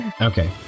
Okay